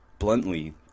Bluntly